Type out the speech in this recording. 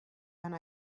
and